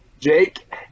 Jake